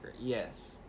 Yes